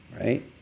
right